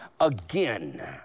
again